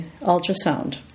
ultrasound